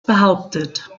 behauptet